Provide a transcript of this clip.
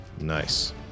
Nice